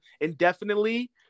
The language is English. indefinitely